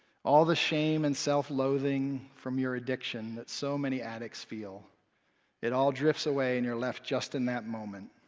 all the shame and self-loathing from your addiction that so many addicts feel it all drifts away and you're left just in that moment.